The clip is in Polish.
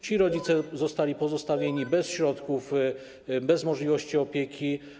Ci rodzice zostali pozostawieni bez środków, bez możliwości opieki.